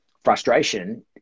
frustration